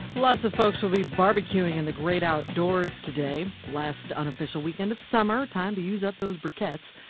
lots of folks will be barbecuing in the great outdoors today. last unofficial weekend of summer, time to use up those briquettes.